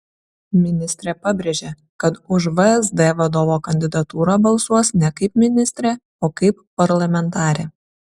ministrė pabrėžė kad už vsd vadovo kandidatūrą balsuos ne kaip ministrė o kaip parlamentarė